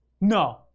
No